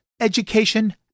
education